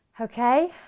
Okay